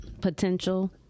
potential